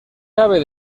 cabe